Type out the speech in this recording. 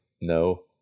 no